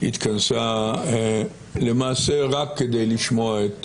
התכנסה למעשה רק כדי לשמוע את